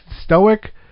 Stoic